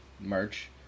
merch